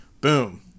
Boom